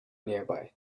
nearby